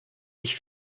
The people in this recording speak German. sich